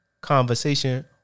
conversation